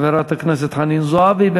חברת הכנסת חנין זועבי.